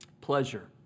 Pleasure